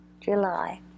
July